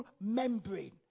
membrane